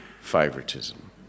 favoritism